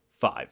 five